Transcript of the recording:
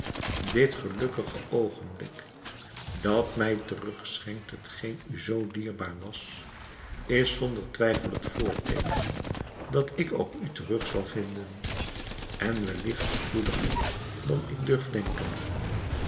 dit gelukkige oogenblik dat mij terugschenkt hetgeen u zoo dierbaar was is zonder twijfel het voorteeken dat ik ook u terug zal vinden en welligt spoediger dan ik durf denken